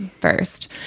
first